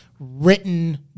written